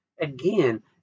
Again